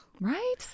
Right